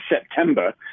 September